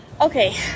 Okay